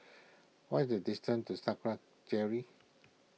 what is the distance to Sakra Jerry